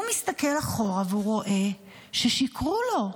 הוא מסתכל אחורה, והוא רואה ששיקרו לו.